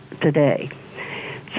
today